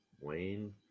Wayne